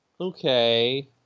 okay